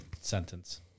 sentence